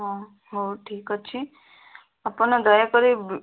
ହଁ ହଉ ଠିକ୍ ଅଛି ଆପଣ ଦୟାକରି